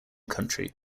country